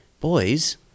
Boys